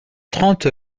trente